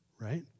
right